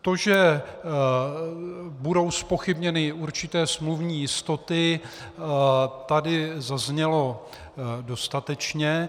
To, že budou zpochybněny určité smluvní jistoty, tady zaznělo dostatečně.